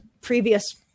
previous